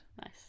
Nice